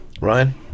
Ryan